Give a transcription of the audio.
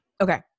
Okay